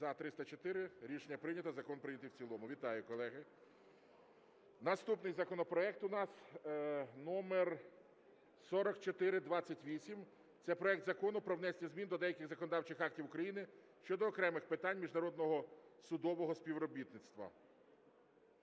За-304 Рішення прийнято. Закон прийнятий в цілому. Вітаю, колеги. Наступний законопроект у нас № 4428 – це проект Закону про внесення змін до деяких законодавчих актів України щодо окремих питань міжнародного судового співробітництва.